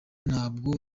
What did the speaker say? ntabwo